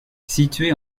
situées